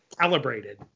calibrated